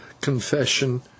confession—